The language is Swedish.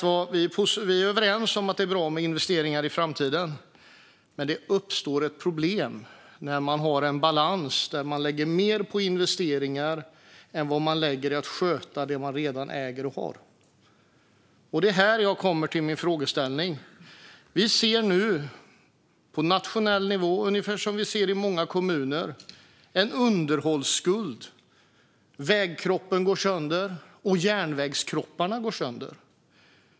Vi är överens om att det är bra med investeringar i framtiden, men det uppstår ett problem där man i balansen lägger mer på investeringar än vad man lägger på att sköta det man redan äger och har. Det är här jag kommer till min fråga. Vi ser nu på nationell nivå, ungefär som vi ser i många kommuner, en underhållsskuld. Vägkroppen går sönder, och järnvägskropparna går sönder.